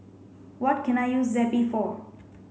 what can I use Zappy for